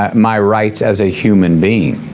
um my rights as a human being,